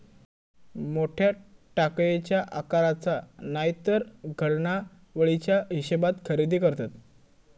मोठ्या टाकयेच्या आकाराचा नायतर घडणावळीच्या हिशेबात खरेदी करतत